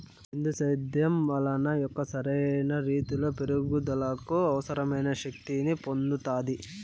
బిందు సేద్యం వలన మొక్క సరైన రీతీలో పెరుగుదలకు అవసరమైన శక్తి ని పొందుతాది